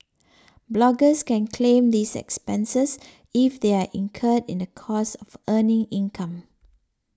bloggers can claim these expenses if they are incurred in the course of earning income